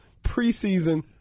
preseason